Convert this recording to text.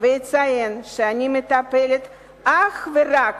אציין שאני מטפלת אך ורק